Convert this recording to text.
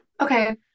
Okay